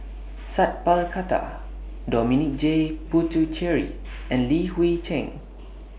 Sat Pal Khattar Dominic J Puthucheary and Li Hui Cheng